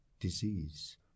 disease